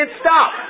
stop